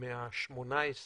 מה-13